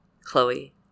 Chloe